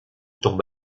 tombe